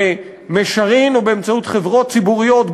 במישרין או באמצעות חברות ציבוריות,